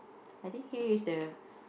I think here is the